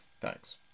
Thanks